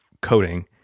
coding